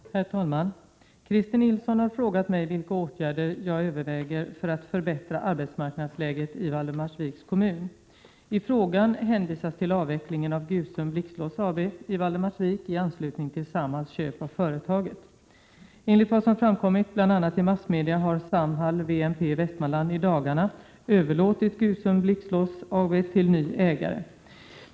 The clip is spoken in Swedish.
Herr talman! Christer Nilsson har frågat mig vilka åtgärder jag överväger för att förbättra arbetsmarknadsläget i Valdemarsviks kommun. I frågan hänvisas till avvecklingen av Gusum Blixtlås AB i Valdemarsvik i anslutning till Samhalls köp av företaget. Enligt vad som framkommit bl.a. i massmedia har Samhall WMP i Västmanland i dagarna överlåtit Gusum Blixtlås AB till ny ägare.